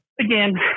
again